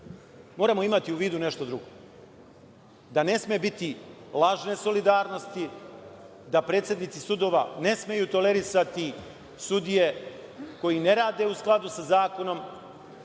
moramo imati u vidu nešto drugo. Ne sme biti lažne solidarnosti, predsednici sudova ne smeju tolerisati sudije koje ne rade u skladu sa zakonom,